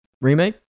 remake